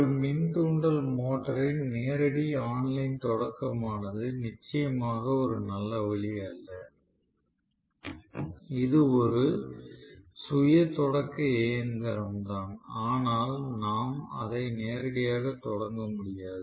ஒரு மின் தூண்டல் மோட்டாரின் நேரடி ஆன்லைன் தொடக்கமானது நிச்சயமாக ஒரு நல்ல வழி அல்ல இது ஒரு சுய தொடக்க இயந்திரம் தான் ஆனால் நாம் அதை நேரடியாக தொடங்க முடியாது